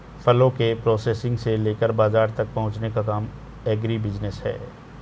फलों के प्रोसेसिंग से लेकर बाजार तक पहुंचने का काम एग्रीबिजनेस है